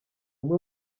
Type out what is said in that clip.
umwe